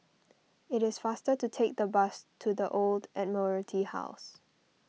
it is faster to take the bus to the Old Admiralty House